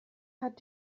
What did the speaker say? hat